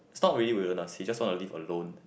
is not really wilderness he just want to live alone